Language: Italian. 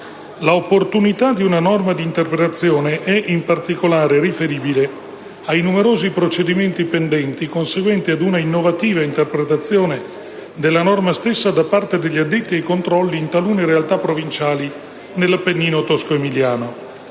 L'opportunità di una norma di interpretazione è in particolare riferibile ai numerosi procedimenti pendenti, conseguenti ad una innovativa interpretazione della normativa da parte degli addetti ai controlli in talune realtà provinciali nell'Appennino tosco-emiliano.